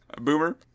Boomer